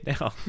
now